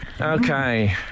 Okay